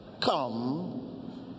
come